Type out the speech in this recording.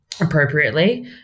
appropriately